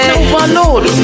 overload